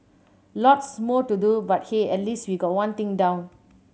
lots more to do but hey at least we've got one thing down